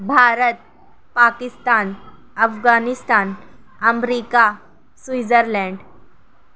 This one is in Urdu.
بھارت پاکستان افغانستان امریکہ سوئیزر لینڈ